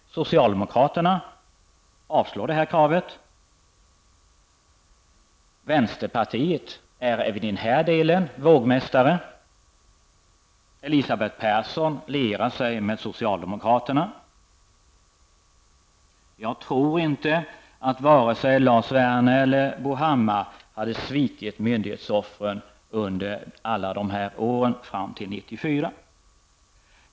Socialdemokraterna avstyrker dock detta krav. Vänsterpartiet är även i den här delen vågmästare. Elisabeth Persson lierar sig med socialdemokraterna. Jag tror inte att vare sig Lars Werner eller Bo Hammar skulle ha svikit myndighetsoffren under alla år fram till 1994.